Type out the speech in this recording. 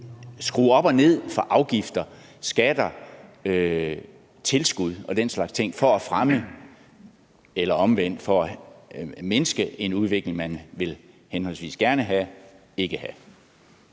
skrue op og ned for afgifter, skatter, tilskud og den slags ting for at fremme eller omvendt for at mindske en udvikling, man henholdsvis gerne vil have